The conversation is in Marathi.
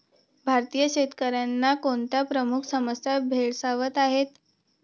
भारतीय शेतकऱ्यांना कोणत्या प्रमुख समस्या भेडसावत आहेत?